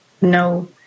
no